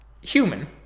human